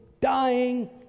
dying